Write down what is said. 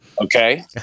okay